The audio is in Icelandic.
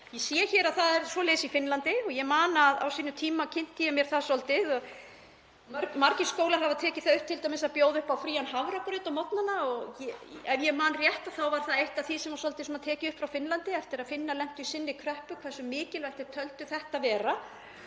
Ég sé hér að það er svoleiðis í Finnlandi og ég man að á sínum tíma kynnti ég mér það svolítið. Margir skólar hafa tekið það upp t.d. að bjóða upp á frían hafragraut á morgnana og ef ég man rétt þá var það eitt af því sem var svolítið tekið upp frá Finnlandi eftir að Finnar lentu í sinni kreppu, vegna þess hversu mikilvægt þeir töldu það vera.